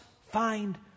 find